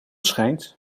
schijnt